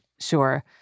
sure